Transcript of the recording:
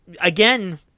again